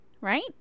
right